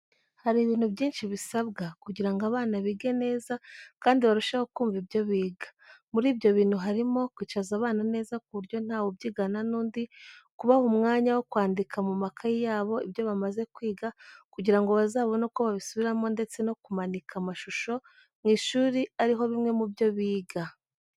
Hari ibintu byinshi bisabwa, kugirango abana bige neza kandi barusheho kunva ibyo biga. Muribyo bintu harimo: kwicaza abana neza kuburyo ntawe ubyigana nundi, kubaha umwanya wokwandika mumakayi yabo ibyo bamaze kwiga kugirango bazabone uko babisubiramo ndetse no kumanika amashusho mwishuli ariho bimwe mubyo biga.